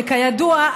וכידוע,